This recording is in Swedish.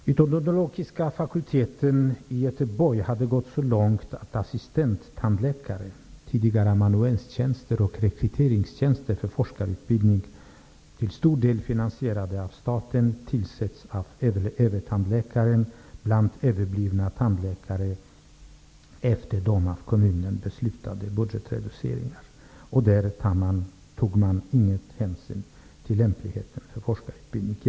Vid Odontologiska fakulteten i Göteborg har det gått så långt att assistenttandläkare, tidigare amanuenstjänster och rekryteringstjänster till forskningsutbildning och till stor del finansierade av staten, tillsätts av övertandläkare bland överblivna tandläkare efter de av kommunen beslutade budgetreduceringarna. Därvid tas ingen hänsyn till lämpligheten för forskarutbildning.